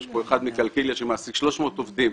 אחד מקלקיליה שמעסיק 300 עובדים,